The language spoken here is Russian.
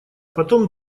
потом